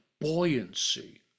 buoyancy